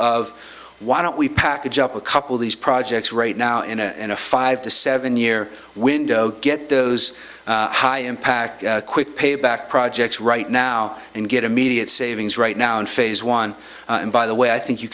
of why don't we package up a couple of these projects right now and a five to seven year window to get those high impact quick payback projects right now and get immediate savings right now in phase one and by the way i think you